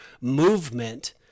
movement—